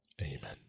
Amen